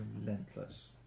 Relentless